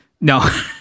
No